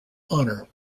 honor